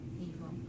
evil